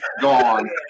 gone